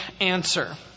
answer